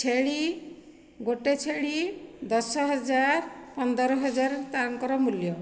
ଛେଳି ଗୋଟିଏ ଛେଳି ଦଶ ହଜାର ପନ୍ଦର ହଜାର ତାଙ୍କର ମୂଲ୍ୟ